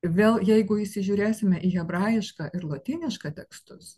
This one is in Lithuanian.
vėl jeigu įsižiūrėsime į hebrajišką ir lotynišką tekstus